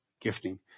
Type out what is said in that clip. gifting